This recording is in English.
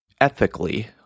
ethically